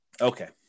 Okay